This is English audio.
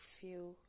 feel